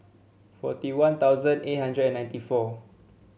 forty One Thousand eight hundred and ninety four